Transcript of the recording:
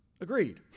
agreed